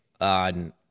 on